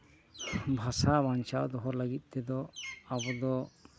ᱵᱷᱟᱥᱟ ᱵᱟᱧᱪᱟᱣ ᱫᱚᱦᱚ ᱞᱟᱹᱜᱤᱫ ᱛᱮᱫᱚ ᱟᱵᱚ ᱫᱚ